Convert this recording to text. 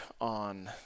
on